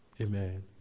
Amen